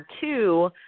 two